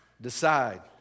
Decide